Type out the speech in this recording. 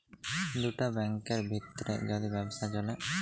দুটা ব্যাংকের ভিত্রে যদি ব্যবসা চ্যলে